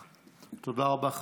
תודה רבה, אדוני היושב-ראש.